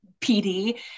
PD